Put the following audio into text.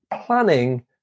planning